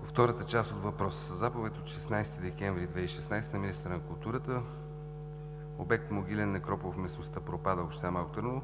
По втората част от въпроса. Със заповед от 16 декември 2016 г. на министъра на културата на обект „Могилен некропол“ в местността Пропада, община Малко Търново,